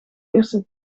eerste